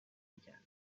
میکرد